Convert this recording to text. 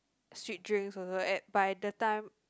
sweet drinks also at by the time